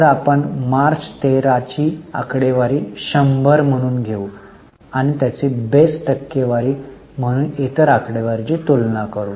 तर आपण मार्च 13 ची आकडेवारी 100 म्हणून घेऊ आणि त्याची बेस टक्केवारी म्हणून इतर आकडेवारीची तुलना करू